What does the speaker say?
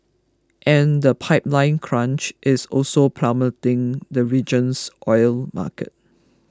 and the pipeline crunch is also pummelling the region's oil market